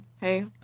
hey